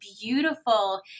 beautiful